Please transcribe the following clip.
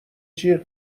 جیغ